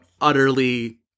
utterly